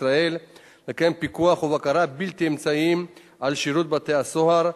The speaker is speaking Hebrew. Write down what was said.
ישראל לקיים פיקוח ובקרה בלתי אמצעיים על שירות בתי-הסוהר,